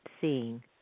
Seeing